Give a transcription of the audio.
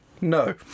no